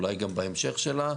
אולי גם בהמשך שלה,